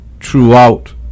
throughout